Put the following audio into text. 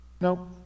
Nope